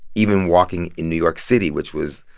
even walking in new york city, which was,